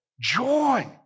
joy